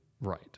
right